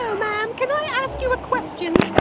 so ma'am. can i ask you a question?